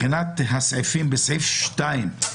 סעיף 2 אומר: